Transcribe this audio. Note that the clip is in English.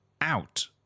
out